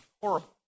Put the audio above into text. horrible